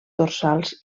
dorsals